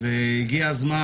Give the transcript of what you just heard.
והגיע הזמן